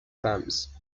clams